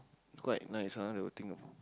quite nice one they'll think about